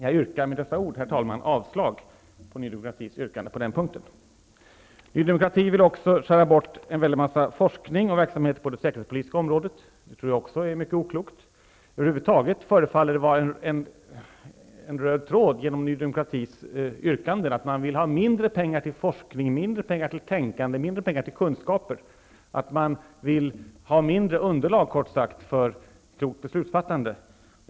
Jag yrkar med dessa ord, herr talman, avslag på Ny demokratis förslag på denna punkt. Ny demokrati vill också skära bort en väldig massa forskning och annan verksamhet på det säkerhetspolitiska området. Det tror jag även är mycket oklokt. Över huvud taget går det som en röd tråd genom Ny demokratis yrkanden att man vill ha mindre pengar till forskning, mindre pengar till tänkande, mindre pengar till kunskap -- att man vill ha mindre underlag, kort sagt, för klokt beslutsfattande.